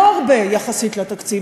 לא הרבה יחסית לתקציב,